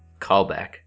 Callback